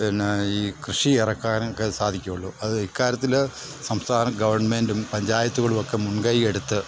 പിന്നെ ഈ കൃഷി ഇറക്കാനൊക്ക സാധിക്കുകയുള്ളൂ അത് ഇക്കാര്യത്തിൽ സംസ്ഥാനം ഗവൺമെൻ്റും പഞ്ചായത്തുകളുമൊക്കെ മുൻകയ്യെടുത്ത്